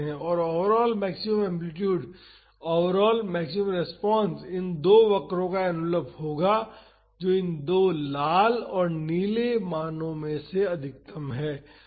और overall maximum amplitude overall maximum response इन दो वक्रों का एनवेलप होगा जो इन दो लाल और नीले मानो में से अधिकतम है